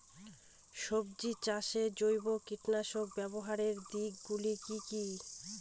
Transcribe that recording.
সবজি চাষে জৈব কীটনাশক ব্যাবহারের দিক গুলি কি কী?